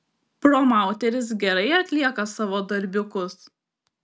promauteris gerai atlieka savo darbiukus